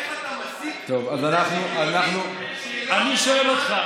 איך אתה מסיק, אני שואל אותך